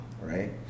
right